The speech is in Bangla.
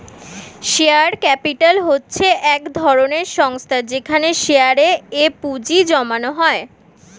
শেয়ার ক্যাপিটাল হচ্ছে এক ধরনের সংস্থা যেখানে শেয়ারে এ পুঁজি জমানো হয়